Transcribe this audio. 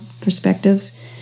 perspectives